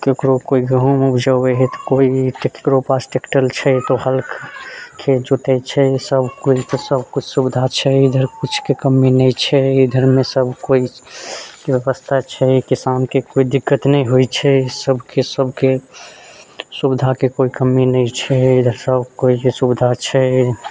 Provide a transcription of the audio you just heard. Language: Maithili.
केकरो केओ गहुँम उपजबैत हइ तऽ केओ केकरो पास टेक्टर छै तऽ हल खेत जोतैत छै सब केओ तऽ सब किछु सुविधा छै इधर किछुके कमी नहि छै घरमे सब केओ व्यवस्था छै किसानके कोइ दिक्कत नहि होइत छै सबके सबके सुविधाके कोइ कमी नहि छै सब केओके सुविधा छै